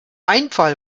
einfall